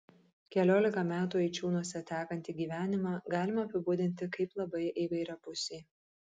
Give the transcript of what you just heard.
keliolika metų eičiūnuose tekantį gyvenimą galima apibūdinti kaip labai įvairiapusį